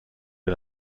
and